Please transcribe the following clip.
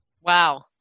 Wow